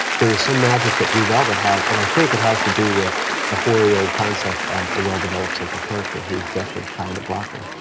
there was some magic that blue velvet had and i think it has to do with the hoary old concept of a well-developed central character, who is jeffrey, kyle maclachlan,